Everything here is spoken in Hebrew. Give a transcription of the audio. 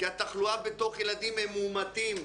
כי התחלואה בתוך ילדים הם מאומתים,